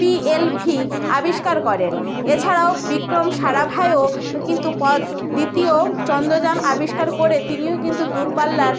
PLV আবিষ্কার করেন এছাড়াও বিক্রম সারাভাইও কিন্তু দ্বিতীয় চন্দ্রযান আবিষ্কার করে তিনিও কিন্তু দূরপাল্লার